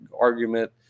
argument